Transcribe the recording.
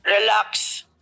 Relax